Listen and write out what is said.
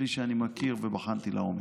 מבלי שאני מכיר ובחנתי לעומק.